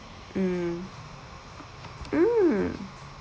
mm mm